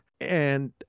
and-